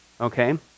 Okay